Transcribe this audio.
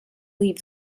leave